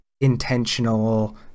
intentional